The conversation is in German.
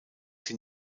sie